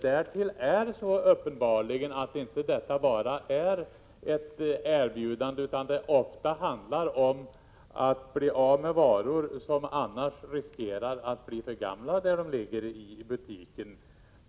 Därtill är det uppenbarligen så att detta inte bara är ett erbjudande, utan att det ofta handlar om att bli av med varor som annars riskerar att bli för gamla där de ligger i butiken.